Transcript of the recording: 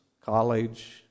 college